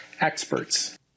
experts